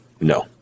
no